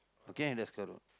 okay Deskar road